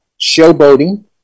showboating